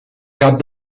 cap